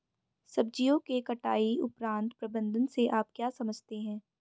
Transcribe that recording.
सब्जियों के कटाई उपरांत प्रबंधन से आप क्या समझते हैं?